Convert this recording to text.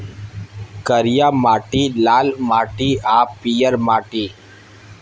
करिया माटि, लाल माटि आ पीयर माटि